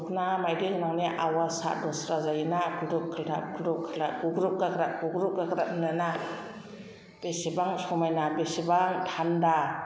दखना मायदि गोनांनि आवाजआ दस्रा जायोना खुल्थुब खाल्थाब खुल्थुब खाल्थाब गुग्रु गाग्रा गुग्रु गाग्रा होनोना बेसेबां समायना बेसेबां थान्दा